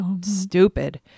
stupid